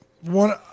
One